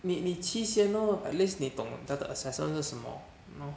你你去先 lor at least 你懂他的 assessment 是什么